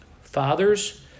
Fathers